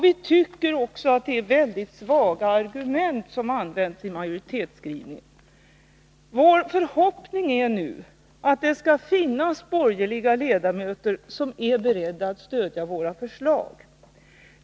Vi tycker också att det är väldigt svaga argument som används i majoritetsskrivningen. Vår förhoppning är nu att det skall finnas borgerliga ledamöter som är beredda att stödja våra förslag.